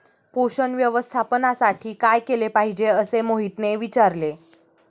पोषण व्यवस्थापनासाठी काय केले पाहिजे असे मोहितने विचारले?